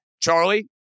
Charlie